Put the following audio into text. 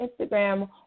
Instagram